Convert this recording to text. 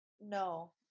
no